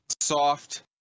soft